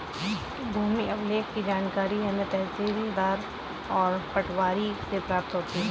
भूमि अभिलेख की जानकारी हमें तहसीलदार और पटवारी से प्राप्त होती है